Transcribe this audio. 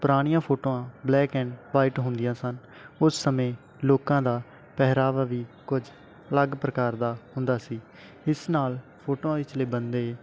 ਪੁਰਾਣੀਆਂ ਫੋਟੋਆਂ black and white ਹੁੰਦੀਆਂ ਸਨ ਉਸ ਸਮੇਂ ਲੋਕਾਂ ਦਾ ਪਹਿਰਾਵਾ ਵੀ ਕੁਝ ਅਲੱਗ ਪ੍ਰਕਾਰ ਦਾ ਹੁੰਦਾ ਸੀ ਇਸ ਨਾਲ ਫੋਟੋਆਂ ਵਿਚਲੇ ਬੰਦੇ